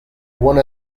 one